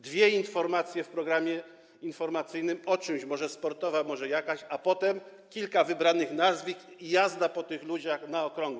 Dwie informacje w programie informacyjnym o czymś - może sportowa, może jakaś - a potem kilka wybranych nazwisk i jazda po tych ludziach na okrągło.